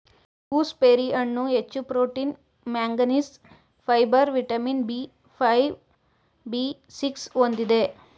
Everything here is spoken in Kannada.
ಗೂಸ್ಬೆರಿ ಹಣ್ಣು ಹೆಚ್ಚು protein manganese, fibre vitamin B five, B six ಹೊಂದಿದೆ